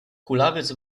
kulawiec